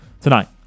tonight